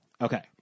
Okay